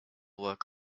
work